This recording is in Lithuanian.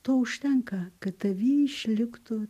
to užtenka kad tavy išliktų